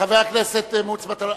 חבר הכנסת מוץ מטלון,